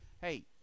Hey